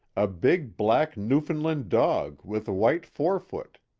a big black newfoundland dog with a white forefoot.